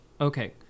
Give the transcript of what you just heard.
okay